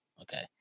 okay